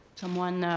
someone, a